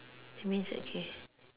that means okay